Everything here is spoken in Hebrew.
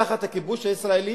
תחת הכיבוש הישראלי